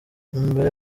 mbere